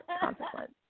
Consequence